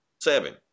Seven